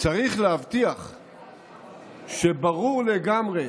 צריך להבטיח שברור לגמרי